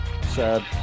Sad